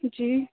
जी